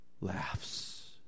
Laughs